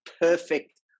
perfect